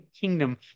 kingdom